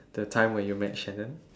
that time when you met Shannon